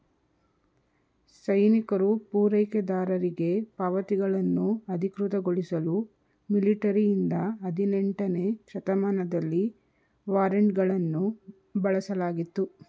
ಸೈನಿಕರು ಪೂರೈಕೆದಾರರಿಗೆ ಪಾವತಿಗಳನ್ನು ಅಧಿಕೃತಗೊಳಿಸಲು ಮಿಲಿಟರಿಯಿಂದ ಹದಿನೆಂಟನೇ ಶತಮಾನದಲ್ಲಿ ವಾರೆಂಟ್ಗಳನ್ನು ಬಳಸಲಾಗಿತ್ತು